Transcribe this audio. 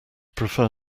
prefer